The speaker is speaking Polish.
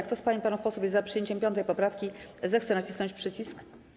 Kto z pań i panów posłów jest za przyjęciem 5. poprawki, zechce nacisnąć przycisk.